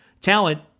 talent